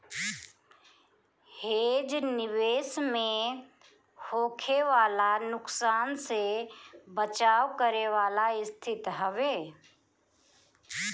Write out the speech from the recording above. hedge निवेश में होखे वाला नुकसान से बचाव करे वाला स्थिति हवे